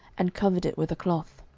and covered it with a cloth.